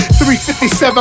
357